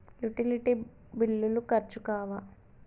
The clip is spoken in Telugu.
యుటిలిటీ బిల్లులు ఖర్చు కావా?